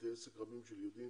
בתי עסק רבים של יהודים